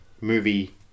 movie